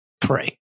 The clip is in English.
pray